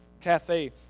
cafe